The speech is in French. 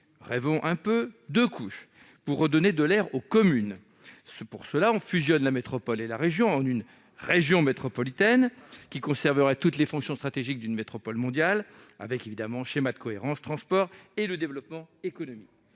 rêvons un peu, deux couches -, pour redonner de l'air aux communes. Pour cela, on fusionnerait la métropole et la région en une région métropolitaine, qui conserverait toutes les fonctions stratégiques d'une métropole mondiale, avec, évidemment, schéma de cohérence pour les transports et compétences en matière